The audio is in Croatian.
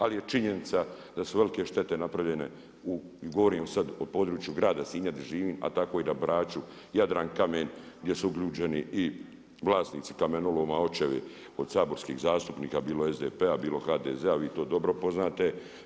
Ali je činjenica da su velike šteta napravljen, govorim sad u području grad Sinja gdje živim a tako i na Braču, Jadrankamen gdje su uključeni i vlasnici kamenoloma, očevi od saborskih zastupnika, bilo SDP-a, bilo HDZ-a, vi to dobro poznate.